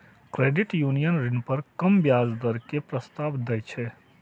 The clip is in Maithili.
क्रेडिट यूनियन ऋण पर कम ब्याज दर के प्रस्ताव दै छै